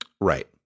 Right